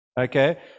Okay